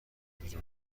بیرون